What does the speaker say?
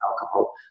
alcohol